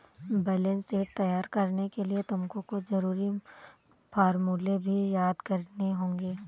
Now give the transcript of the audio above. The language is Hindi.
बैलेंस शीट तैयार करने के लिए तुमको कुछ जरूरी फॉर्मूले भी याद करने होंगे